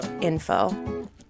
info